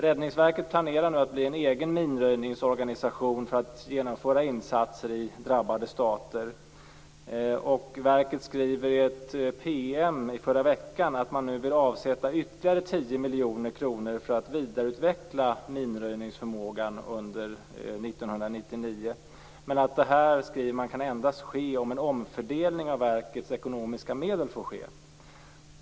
Räddningsverket planerar nu att bli en egen minröjningsorganisation för att genomföra insatser i drabbade stater. Verket skriver i ett PM från förra veckan att man nu vill avsätta ytterligare tio miljoner kronor för att vidareutveckla minröjningsförmågan under 1999. Men detta, skriver man, kan endast ske om en omfördelning av verkets ekonomiska medel får ske.